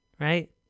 right